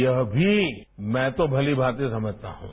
यह भी मैं तो भली भांति समझता हूं